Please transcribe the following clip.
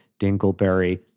Dingleberry